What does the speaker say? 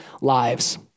lives